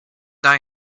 die